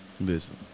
listen